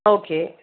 okay